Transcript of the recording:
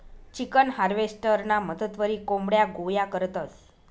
chicken हार्वेस्टरना मदतवरी कोंबड्या गोया करतंस